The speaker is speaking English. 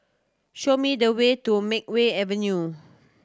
show me the way to Makeway Avenue